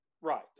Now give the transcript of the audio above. Right